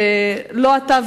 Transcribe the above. ולא אתה,